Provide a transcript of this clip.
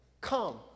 come